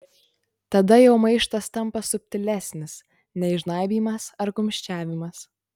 tada jo maištas tampa subtilesnis nei žnaibymas ar kumščiavimas